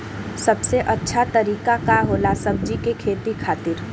सबसे अच्छा तरीका का होला सब्जी के खेती खातिर?